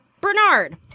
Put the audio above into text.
Bernard